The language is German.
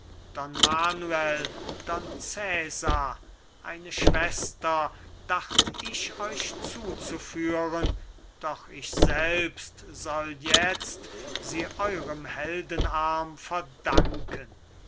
manuel don cesar eine schwester dacht ich euch zuzuführen doch ich selbst soll jetzt sie eurem heldenarm verdanken